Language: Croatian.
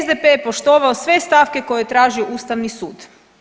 SDP je poštovao sve stavke koje je tražio Ustavni sud.